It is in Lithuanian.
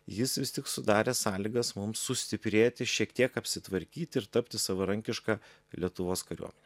jis vis tik sudarė sąlygas mums sustiprėti šiek tiek apsitvarkyti ir tapti savarankiška lietuvos kariuomene